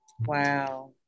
Wow